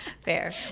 fair